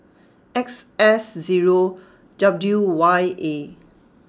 X S zero W Y A